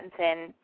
Pattinson